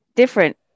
different